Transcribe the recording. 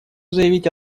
заявить